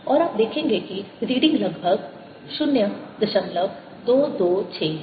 और आप देखेंगे कि रीडिंग लगभग 0226 है